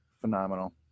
Phenomenal